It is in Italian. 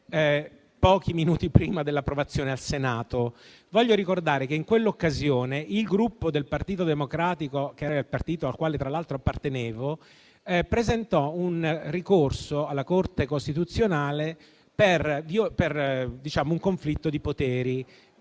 pochi minuti prima dell'approvazione al Senato. Voglio ricordare che in quell'occasione il Gruppo Partito Democratico, che era il partito al quale tra l'altro appartenevo, presentò un ricorso alla Corte costituzionale per un conflitto di poteri,